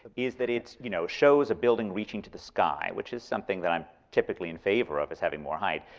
but is that it you know shows a building reaching to the sky, which is something that i'm typically in favor of, is having more height,